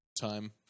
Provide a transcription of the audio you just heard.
time